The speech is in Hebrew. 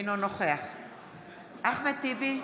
אינו נוכח אחמד טיבי,